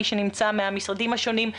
מי שנמצא מהמשרדים השונים,